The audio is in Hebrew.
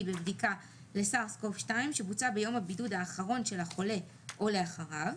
בבדיקה ל- SARS COV-2שבוצעה ביום הבידוד האחרון של החולה או לאחריו,